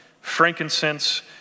frankincense